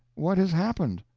what has happened?